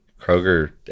Kroger